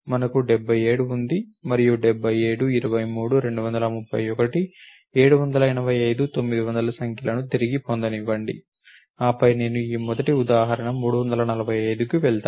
మనకు 77 ఉంది మరియు 77 23 231 785 900 సంఖ్యలను తిరిగి పొందనివ్వండి ఆపై నేను ఈ మొదటి ఉదాహరణ 345కి వెళ్తాను